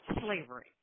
slavery